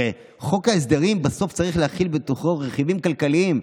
הרי חוק ההסדרים בסוף צריך להכיל בתוכו רכיבים כלכליים.